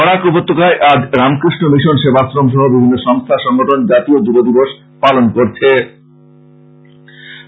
বরাক উপত্যকায় আজ রামকৃষ্ণ মিশন সেবাশ্রম সহ বিভিন্ন সংস্থ সংগঠন জাতীয় যুব দিবস পালন করছে